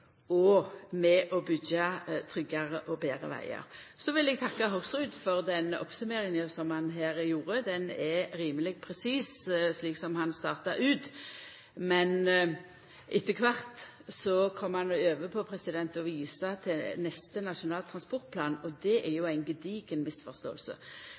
og med å byggja tryggare og betre vegar. Så vil eg takka Hoksrud for den oppsummeringa som han gjorde. Ho er rimeleg presis, slik som han starta ut, men etter kvart kom han til å visa til neste nasjonale transportplan, og det er